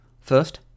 First